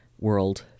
world